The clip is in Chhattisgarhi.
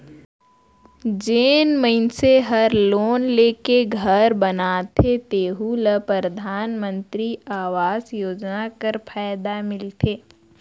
जेन मइनसे हर लोन लेके घर बनाथे तेहु ल परधानमंतरी आवास योजना कर फएदा मिलथे